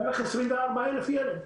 בערך 24 אלף ילד.